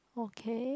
okay